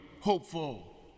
hopeful